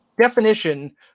definition